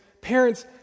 parents